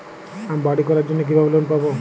আমি বাড়ি করার জন্য কিভাবে লোন পাব?